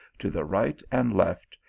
to the right and left,